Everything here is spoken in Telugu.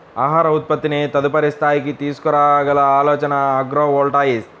ఆహార ఉత్పత్తిని తదుపరి స్థాయికి తీసుకురాగల ఆలోచనే అగ్రివోల్టాయిక్